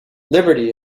liberty